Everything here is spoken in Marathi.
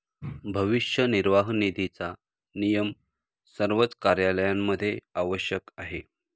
भविष्य निर्वाह निधीचा नियम सर्वच कार्यालयांमध्ये आवश्यक आहे